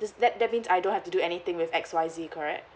this that that means I don't have to do anything with X Y Z correct